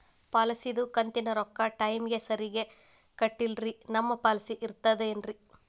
ಪಾಲಿಸಿದು ಕಂತಿನ ರೊಕ್ಕ ಟೈಮಿಗ್ ಸರಿಗೆ ಕಟ್ಟಿಲ್ರಿ ನಮ್ ಪಾಲಿಸಿ ಇರ್ತದ ಏನ್ರಿ?